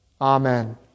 Amen